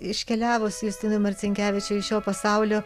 iškeliavus justinui marcinkevičiui iš šio pasaulio